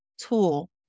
tool